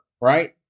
Right